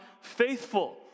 faithful